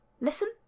listen